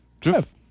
Jeff